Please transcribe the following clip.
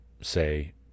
say